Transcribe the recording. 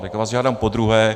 Tak vás žádám podruhé.